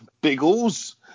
Biggles